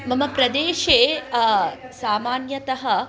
मम प्रेदेशे सामान्यतः